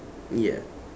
ya